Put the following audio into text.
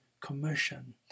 commission